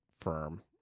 firm